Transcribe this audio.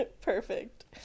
perfect